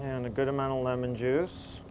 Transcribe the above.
and a good amount of lemon juice